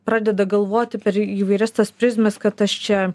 pradeda galvoti per įvairias tas prizmes kad aš čia